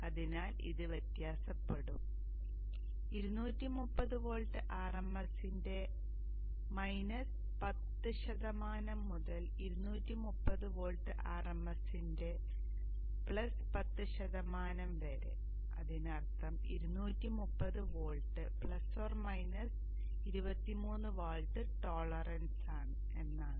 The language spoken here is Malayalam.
അതിനാൽ ഇത് വ്യത്യാസപ്പെടും 230 വോൾട്ട് RMS ന്റെ 10 മുതൽ 230 വോൾട്ട് RMS ന്റെ 10 വരെ അതിനർത്ഥം 230 വോൾട്ട് 23 വോൾട്ട് ടോളറൻസ് എന്നാണ്